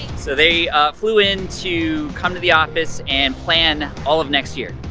so they flew into come to the office and plan all of next year.